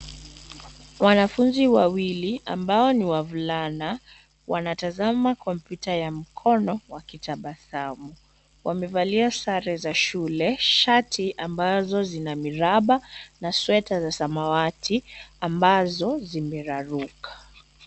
Wanafunzi wawili ambao ni wavulana, wanatazama kompyuta ya mkono wakitabasamu. Wamevalia sare za shule, shati ambazo zina miraba, na sweta za samawati, ambazo zimeraruka.